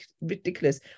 ridiculous